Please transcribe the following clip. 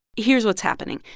here's what's happening.